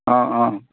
অঁ অঁ